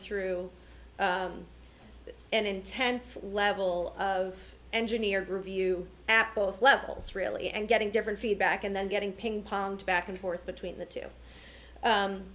through an intense level of engineered review at both levels really and getting different feedback and then getting ping ponged back and forth between the two